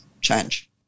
change